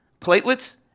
platelets